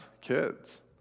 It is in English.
kids